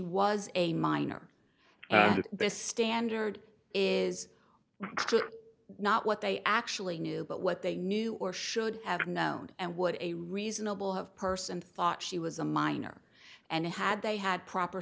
was a minor and the standard is not what they actually knew but what they knew or should have known and would a reasonable have person thought she was a minor and had they had proper